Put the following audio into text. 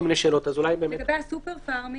לגבי הסופר פארמים